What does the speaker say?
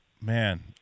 man